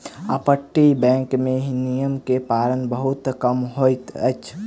अपतटीय बैंक में नियम के पालन बहुत कम होइत अछि